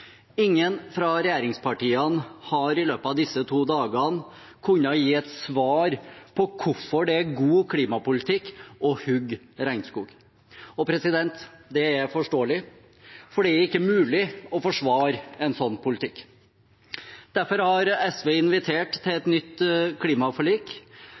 Ingen fra regjeringspartiene har i løpet av disse to dagene kunnet gi et svar på hvorfor det er god klimapolitikk å hugge regnskog. Og det er forståelig, for det er ikke mulig å forsvare en slik politikk. Derfor har SV invitert til